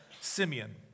Simeon